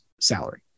salary